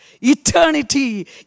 Eternity